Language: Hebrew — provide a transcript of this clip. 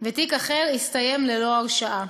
ותיק אחד הסתיים ללא הרשעה.